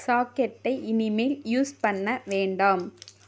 சாக்கெட்டை இனிமேல் யூஸ் பண்ண வேண்டாம்